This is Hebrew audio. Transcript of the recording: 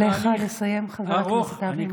עליך לסיים, חבר הכנסת אבי מעוז.